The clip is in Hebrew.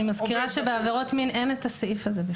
אני מזכירה שבעבירות מין אין את הסעיף הזה.